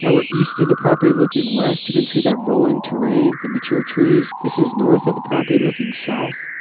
and we're east of the property looking west. you can see that rolling terrain, the mature trees. this is north of the property looking south.